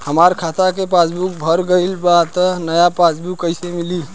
हमार खाता के पासबूक भर गएल बा त नया पासबूक कइसे मिली?